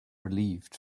relieved